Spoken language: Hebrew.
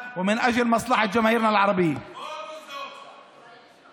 ולמען טובת הציבור הערבי שלנו.) (אומר דברים ביידיש.).